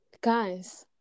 guys